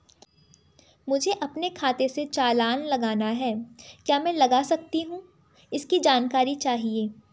मुझे अपने खाते से चालान लगाना है क्या मैं लगा सकता हूँ इसकी जानकारी चाहिए?